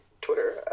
Twitter